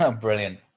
Brilliant